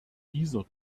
dieser